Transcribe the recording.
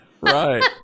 right